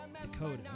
Dakota